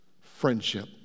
friendship